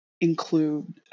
include